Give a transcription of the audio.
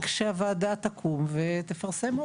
-- ויהיו עוד כשהוועדה תקום ותפרסם עוד.